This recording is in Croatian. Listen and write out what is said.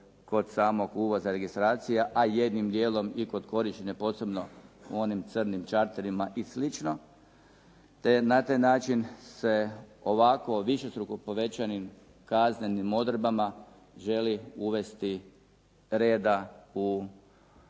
kod samog uvoza registracija, a jednim dijelom kod korištenja posebno u onim crnih čarterima i slično. Te je na taj način se ovako višestruko povećanim kaznenim odredbama želi uvesti reda u kako